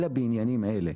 אלא בעניינים אלה".